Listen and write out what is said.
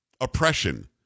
oppression